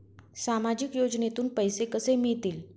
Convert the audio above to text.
सामाजिक योजनेतून पैसे कसे मिळतील?